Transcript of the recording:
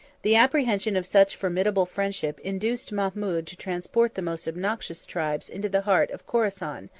the apprehension of such formidable friendship induced mahmud to transport the most obnoxious tribes into the heart of chorasan,